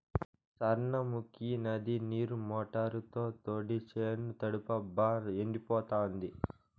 సార్నముకీ నది నీరు మోటారుతో తోడి చేను తడపబ్బా ఎండిపోతాంది